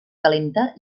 calenta